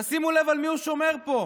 תשימו לב על מי הוא שומר פה,